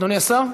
אדוני השר?